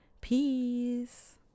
Peace